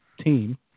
team